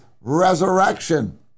resurrection